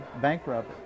bankrupt